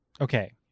Okay